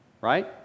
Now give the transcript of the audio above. Right